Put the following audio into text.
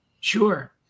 sure